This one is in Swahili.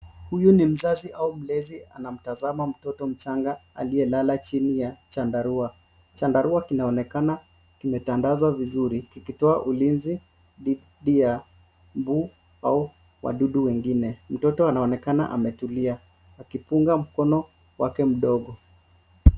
Huyu ni mzazi au mlezi anamtazama mtoto mchanga aliyelala chini ya chandarua. Chandarua kinaonekana kimetandazwa vizuri kikitia ulinzi dhidi ya mbu au wadudu wengine. Mtoto anaonekana ametulia, akipunga mkono wake mdogo.